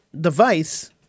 device